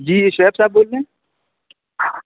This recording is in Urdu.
جی شعیب صاحب بول رہے ہیں